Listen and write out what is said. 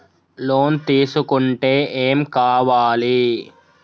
Loan తీసుకుంటే ఏం కావాలి?